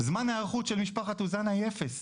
זמן ההיערכות של משפחת אוזנה הוא אפס,